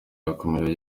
yakomeje